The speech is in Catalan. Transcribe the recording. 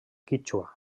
quítxua